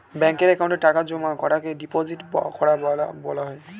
ব্যাঙ্কের অ্যাকাউন্টে টাকা জমা করাকে ডিপোজিট করা বলা হয়